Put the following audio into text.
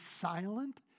silent